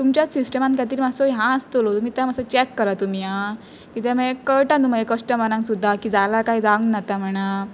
तुमच्याच सिस्टमान कायतरी मातसो ह्यां आसतलो तुमी तें मात्सो चॅक करात तुमी आं किद्याक मागीर कळटा न्हू मागीर कस्टमरांक सुद्दां कि जालां काय जावंक ना तां म्हणान